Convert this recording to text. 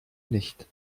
nicht